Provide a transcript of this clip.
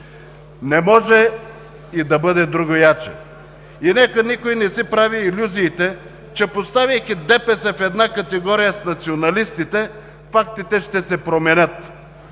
Не може и да бъде другояче. Нека никой не си прави илюзиите, че поставяйки ДПС в една категория с националистите, фактите ще се променят.